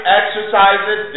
exercises